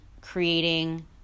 creating